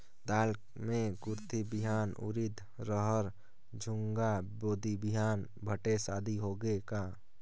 दाल मे कुरथी बिहान, उरीद, रहर, झुनगा, बोदी बिहान भटेस आदि होगे का?